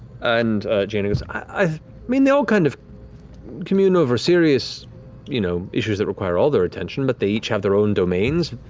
and jaina goes, i mean, they all kind of commune over serious you know issues that require all their attention, but they each have their own domains.